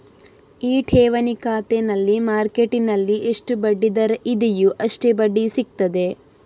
ಈ ಠೇವಣಿ ಖಾತೆನಲ್ಲಿ ಮಾರ್ಕೆಟ್ಟಿನಲ್ಲಿ ಎಷ್ಟು ಬಡ್ಡಿ ದರ ಇದೆಯೋ ಅಷ್ಟೇ ಬಡ್ಡಿ ಸಿಗ್ತದೆ